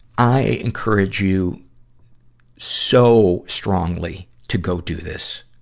i encourage you so strongly to go do this.